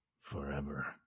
forever